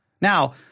Now